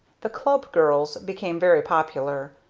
the club girls became very popular.